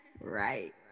Right